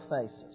faces